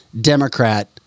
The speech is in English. Democrat